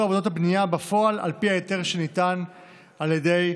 עבודות הבנייה בפועל על פי ההיתר שניתן על ידי